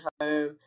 home